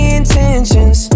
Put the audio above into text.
intentions